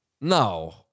No